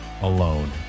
alone